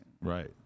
right